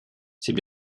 c’est